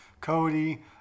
Cody